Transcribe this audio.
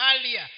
earlier